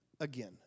again